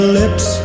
lips